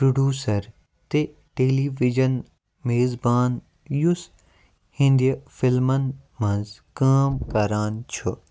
producer تہٕ television میزبان یُس ہینٛدی فِلمَن منٛز کٲم کران چھُ